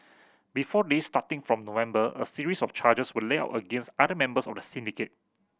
before this starting from November a series of charges were laid out against other members of the syndicate